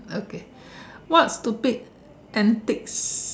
okay what stupid antiques